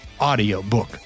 audiobook